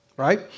Right